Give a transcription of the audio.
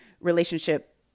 relationship